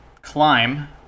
climb